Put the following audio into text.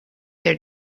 their